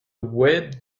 wet